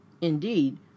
Indeed